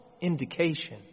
indication